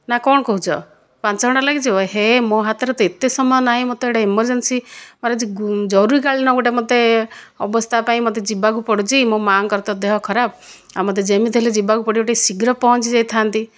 ନା କ'ଣ କହୁଛ ପାଞ୍ଚ ଘଣ୍ଟା ଲାଗିଯିବ ଏ ହେ ମୋ ହାତରେ ତ ଏତେ ସମୟ ନାହିଁ ମୋତେ ଗୋଟିଏ ଏମର୍ଜେନ୍ସି ମୋର ଆଜି ଜରୁରୀକାଳୀନ ଗୋଟିଏ ମୋତେ ଅବସ୍ଥା ପାଇଁ ମୋତେ ଯିବାକୁ ପଡ଼ୁଛି ମୋ ମା'ଙ୍କର ତ ଦେହ ଖରାପ ଆଉ ମୋତେ ଯେମିତି ହେଲେ ଯିବାକୁ ପଡ଼ିବ ଟିକେ ଶୀଘ୍ର ପହଞ୍ଚି ଯାଇଥାନ୍ତି